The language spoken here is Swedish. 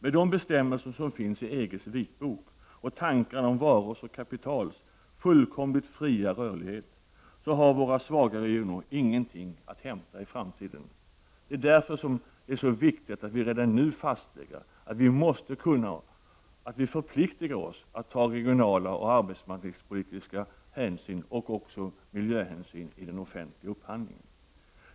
Med de bestämmelser som finns i EG:s vitbok och tankarna om varors och kapitals fullkomligt fria rörlighet har våra svaga regioner ingenting att hämta i framtiden. Därför är det viktigt att vi redan nu lägger fast att vi måste, att vi förpliktigar oss att ta regionala och arbetsmarknadspolitiska hänsyn och också miljöhänsyn i den offentliga upphandlingen.